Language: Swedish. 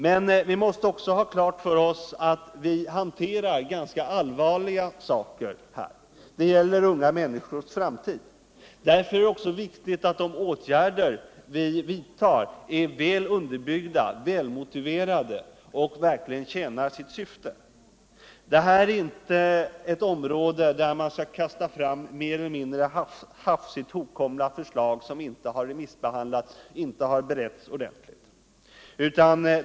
Men vi måste också ha klart för oss att vi här hanterar ganska allvarliga problem. Det gäller unga människors framtid. Därför är det viktigt att de åtgärder vi vidtar är väl underbyggda, välmotiverade och verkligen tjänar sitt syfte. Det är inte ett område där man skall kasta fram mer eller mindre hafsigt hopkomna förslag som inte har remissbehandlats och beretts ordentligt.